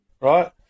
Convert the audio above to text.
right